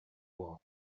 war